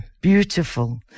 beautiful